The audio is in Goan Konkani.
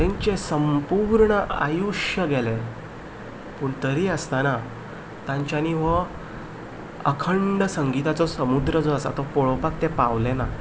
तेंचे संपूर्ण आयुश्य गेलें पूण तरी आसतना तांच्यांनी हो अखंड संगिताचो समुद्र जो आसा तो पळोवपाक ते पावले ना